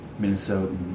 Minnesotan